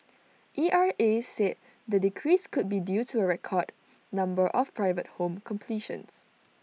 E R A said the decrease could be due to A record number of private home completions